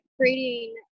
creating